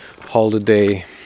holiday